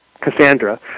Cassandra